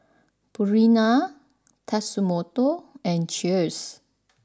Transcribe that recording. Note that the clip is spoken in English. Purina Tatsumoto and Cheers